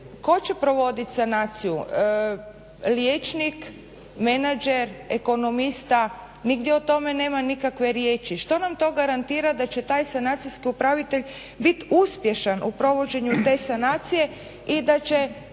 tko će provodit sanaciju liječnik, menadžer, ekonomista. Nigdje o tome nema nikakve riječi. Što nam to garantira da će taj sanacijski upravitelj bit uspješan u provođenju te sanacije i da će